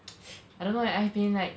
I don't know eh I've been like